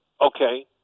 Okay